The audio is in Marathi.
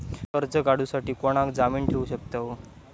कर्ज काढूसाठी कोणाक जामीन ठेवू शकतव?